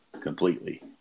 completely